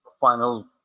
final